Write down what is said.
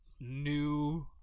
new